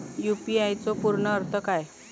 UPI चो पूर्ण अर्थ काय?